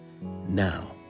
Now